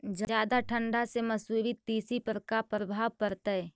जादा ठंडा से मसुरी, तिसी पर का परभाव पड़तै?